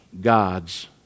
God's